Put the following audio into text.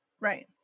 Right